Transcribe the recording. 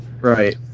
right